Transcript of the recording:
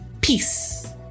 Peace